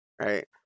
right